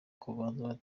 kubanza